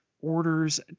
orders